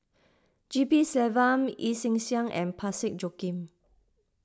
G P Selvam Yee Chia Hsing and Parsick Joaquim